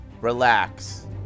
relax